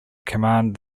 command